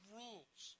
rules